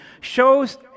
shows